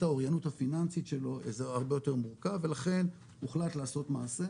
האוריינות הפיננסית שלו זה הרבה יותר מורכב ולכן הוחלט לעשות מעשה.